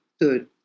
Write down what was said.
Good